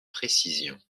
précisions